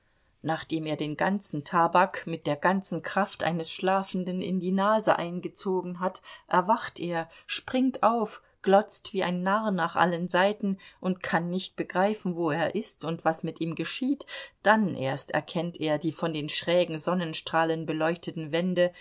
nachdem er den ganzen tabak mit der ganzen kraft eines schlafenden in die nase eingezogen hat erwacht er springt auf glotzt wie ein narr nach allen seiten und kann nicht begreifen wo er ist und was mit ihm geschieht dann erst erkennt er die von den schrägen sonnenstrahlen beleuchteten wände